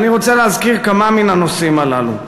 ואני רוצה להזכיר כמה מהנושאים הללו.